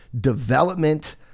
development